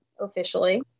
officially